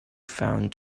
found